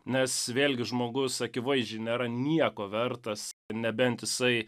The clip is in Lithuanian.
nes vėlgi žmogus akivaizdžiai nėra nieko vertas nebent jisai